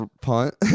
punt